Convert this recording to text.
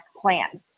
plan